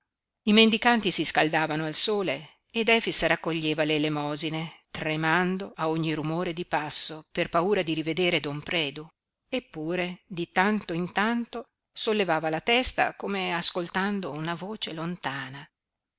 i mendicanti si scaldavano al sole ed efix raccoglieva le elemosine tremando a ogni rumore di passo per paura di rivedere don predu eppure di tanto in tanto sollevava la testa come ascoltando una voce lontana